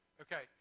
Okay